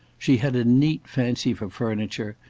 she had a neat fancy for furniture,